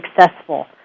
successful